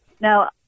Now